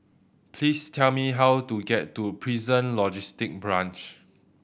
please tell me how to get to Prison Logistic Branch